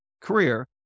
career